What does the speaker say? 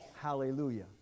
hallelujah